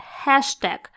hashtag